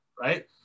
Right